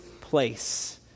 place